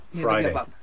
Friday